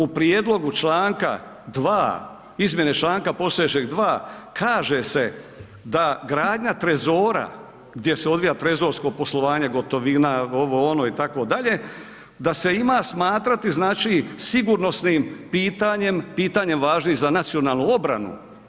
U prijedlogu čl. 2. izmjene članka postojećeg 2 kaže se da gradnja trezora gdje se odvija trezorsko poslovanje, gotovima, ovo, ono itd., da se ima smatrati sigurnosnim pitanjem, pitanjem važnim za nacionalnu obranu.